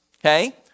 Okay